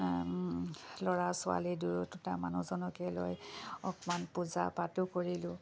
ল'ৰা ছোৱালী দুয়ো দুটা মানুহজনকে লৈ অকণমান পূজা পাতো কৰিলোঁ